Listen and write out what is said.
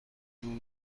توت